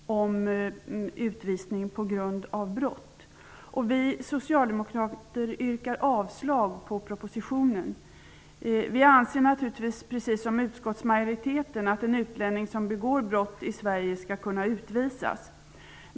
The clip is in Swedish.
Herr talman! Socialförsäkringsutskottets betänkande 17 handlar om, precis som herr talmannen sade, om utvisning på grund av brott. Vi socialdemokrater yrkar avslag på propositionen. Vi anser naturligtvis, precis som utskottsmajoriteten, att en utlänning som begår brott i Sverige skall kunna utvisas.